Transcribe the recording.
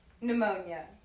pneumonia